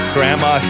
Grandma